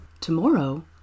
tomorrow